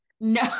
No